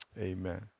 amen